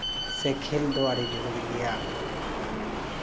ᱥᱮ ᱠᱷᱮᱞ ᱫᱚ ᱟᱹᱰᱤ ᱡᱚᱨᱩᱨᱤ ᱜᱮᱭᱟ